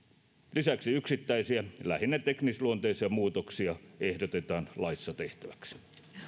lisäksi yksittäisiä lähinnä teknisluonteisia muutoksia ehdotetaan laissa tehtäväksi